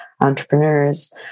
entrepreneurs